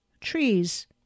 Trees